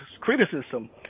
criticism